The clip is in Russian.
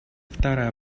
вторая